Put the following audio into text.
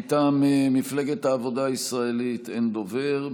מטעם מפלגת העבודה הישראלית אין דובר.